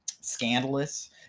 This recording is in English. scandalous